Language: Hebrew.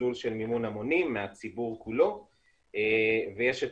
במסלול של מימון המונים מהציבור כולו ויש את